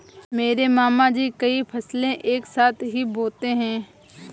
मेरे मामा जी कई फसलें एक साथ ही बोते है